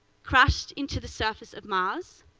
crashed into the surface of mars